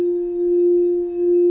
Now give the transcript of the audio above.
and